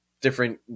different